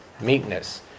meekness